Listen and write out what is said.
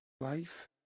Life